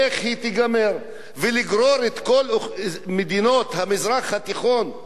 ולגרור את כל מדינות המזרח התיכון לשואה כזו,